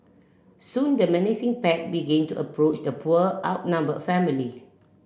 soon the menacing pack began to approach the poor outnumbered family